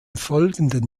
folgenden